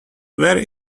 very